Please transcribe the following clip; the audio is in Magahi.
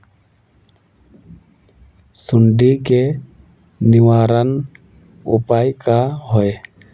सुंडी के निवारण उपाय का होए?